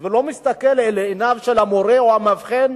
והוא אינו מסתכל אל עיניו של המורה או המאבחן,